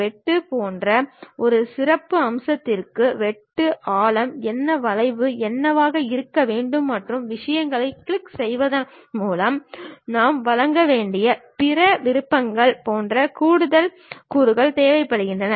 வெட்டு போன்ற ஒரு சிறப்பு அம்சத்திற்கு வெட்டு ஆழம் என்ன வளைவு என்னவாக இருக்க வேண்டும் மற்றும் விஷயங்களைக் கிளிக் செய்வதன் மூலம் நாம் வழங்க வேண்டிய பிற விருப்பங்கள் போன்ற கூடுதல் கூறுகள் தேவைப்படுகின்றன